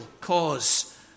cause